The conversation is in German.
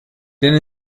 denn